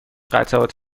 قطعات